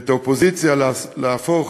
ואת האופוזיציה להפוך